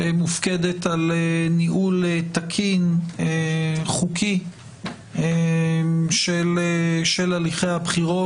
שמופקדת על ניהול תקין וחוקי של הליכי הבחירות,